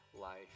life